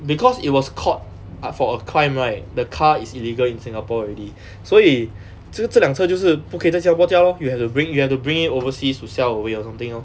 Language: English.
because it was caught ah for a crime right the car is illegal in singapore already 所以这个这辆车就是不可以在新加坡驾 lor you have to bring you have to it overseas to sell away or something lor